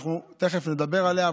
ואנחנו תכף נדבר עליה,